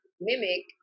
mimic